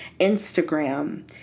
Instagram